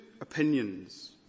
opinions